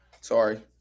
Sorry